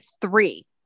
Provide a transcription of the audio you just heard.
three